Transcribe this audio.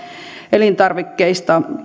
elintarvikkeista